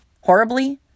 horribly